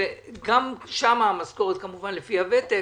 וגם שם המשכורת כמובן לפי הוותק,